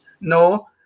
No